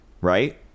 right